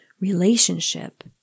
relationship